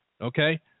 Okay